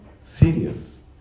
serious